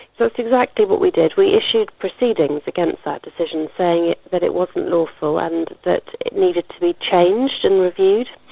that's exactly what we did, we issued proceedings against that decision, saying that it wasn't lawful and that it needed to be changed and reviewed.